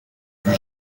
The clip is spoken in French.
vit